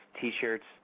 T-shirts